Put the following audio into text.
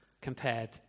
compared